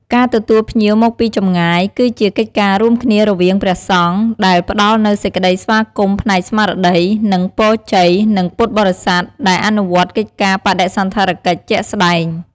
ចិត្តសប្បុរសធម៌ សំដៅដល់ការទទួលភ្ញៀវគឺជាការបង្ហាញនូវមេត្តាធម៌ និងការឲ្យទានតាមរយៈការចែករំលែកនូវអ្វីដែលខ្លួនមានទៅដល់អ្នកដទៃ។